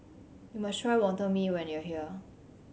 must try Wonton Mee when you are here